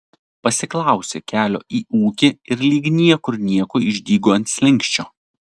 pasiklausė kelio į ūkį ir lyg niekur nieko išdygo ant slenksčio